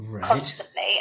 constantly